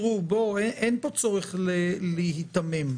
אין פה צורך להיתמם.